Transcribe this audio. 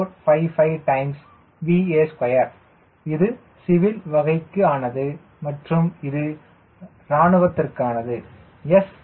3455 VA2 இது civil வகைக்கு ஆனது மற்றும் இது இராணுவத்திற்கானது sland 0